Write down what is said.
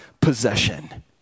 possession